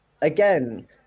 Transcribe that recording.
Again